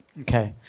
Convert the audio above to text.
Okay